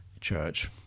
church